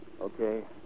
Okay